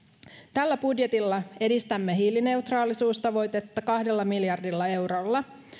tällä budjetilla edistämme hiilineutraalisuustavoitetta kahdella miljardilla eurolla